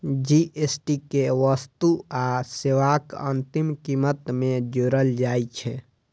GST कें वस्तु आ सेवाक अंतिम कीमत मे जोड़ल जाइ छै